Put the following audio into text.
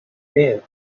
there